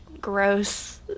gross